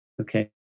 Okay